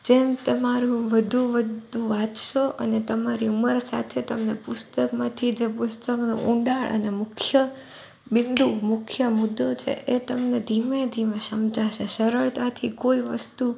જેમ તમારું વધુ વધુ વાંચશો અને તમારી ઉંમર સાથે તમને પુસ્તકમાંથી જે પુસ્તકનો ઊંડાણ અને મુખ્ય બિંદુ મુખ્ય મુદ્દો છે એ તમને ધીમે ધીમે સમજાસે સરળતાથી કોઈ વસ્તુ